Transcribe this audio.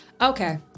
Okay